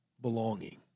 belonging